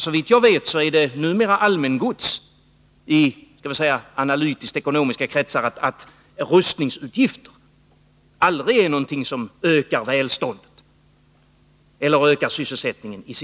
Såvitt jag vet är det numera ”allmängods” i analytiskt-ekonomiska kretsar att rustningsutgifter i sista hand aldrig är någonting som ökar välståndet eller sysselsättningen.